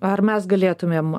ar mes galėtumėm